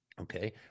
Okay